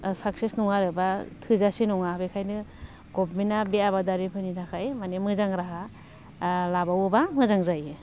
success नङा आरो बा थोजासे नङा बेखायनो गभमेन्टा बे आबादारिफोरनि थाखाय माने मोजां राहा लाबावोबा मोजां जायो